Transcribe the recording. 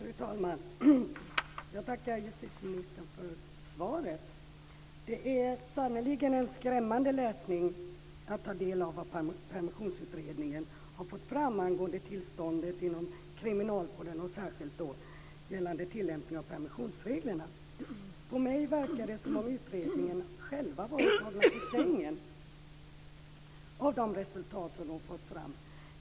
Fru talman! Jag tackar justitieministern för svaret. Det är sannerligen en skrämmande läsning att ta del av vad Permissionsutredningen har fått fram angående tillståndet inom kriminalvården och särskilt gällande tillämpning av permissionsreglerna. På mig verkar det som om utredningen själv blivit tagen på sängen av de resultat man fått fram.